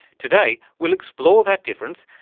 today we'll explore that difference,